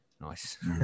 Nice